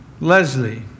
Leslie